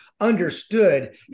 understood